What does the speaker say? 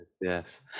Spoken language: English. yes